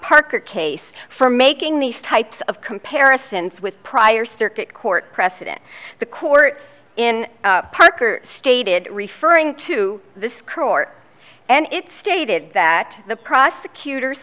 parker case for making these types of comparisons with prior circuit court precedent the court in parker stated referring to this court and it stated that the prosecutor